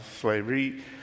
slavery